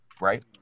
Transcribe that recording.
right